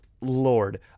lord